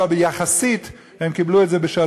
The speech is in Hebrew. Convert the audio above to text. אבל יחסית הם קיבלו את זה בשלום.